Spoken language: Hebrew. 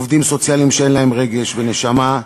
עובדים סוציאליים שאין להם רגש ונשמה,